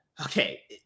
okay